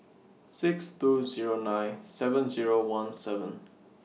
six two Zero nine seven Zero one seven